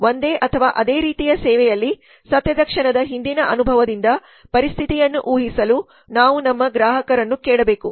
ಒಂದೇ ಅಥವಾ ಅದೇ ರೀತಿಯ ಸೇವೆಯಲ್ಲಿ ಸತ್ಯದ ಕ್ಷಣದ ಹಿಂದಿನ ಅನುಭವದಿಂದ ಪರಿಸ್ಥಿತಿಯನ್ನು ಊಹಿಸಲು ನಾವು ನಮ್ಮ ಗ್ರಾಹಕರನ್ನು ಕೇಳಬೇಕು